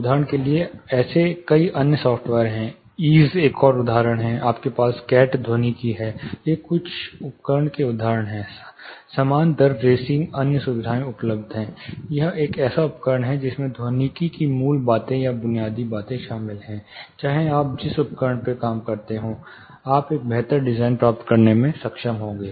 उदाहरण के लिए कई अन्य सॉफ़्टवेयर हैं EASE एक और उदाहरण है आपके पास Catt ध्वनिकी है ये कुछ उपकरण के उदाहरण हैं समान दर रेसिंग अन्य सुविधाएं उपलब्ध हैं यह एक ऐसा उपकरण है जिसमें ध्वनिकी की मूल बातें या बुनियादी बातें शामिल हैं चाहे आप जिस भी उपकरण से काम करते हों आप एक बेहतर डिज़ाइन प्राप्त करने में सक्षम होंगे